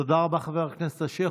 תודה רבה, חבר הכנסת אשר.